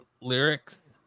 lyrics